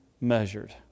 measured